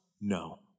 No